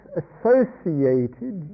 associated